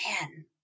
man